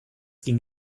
ging